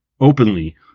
openly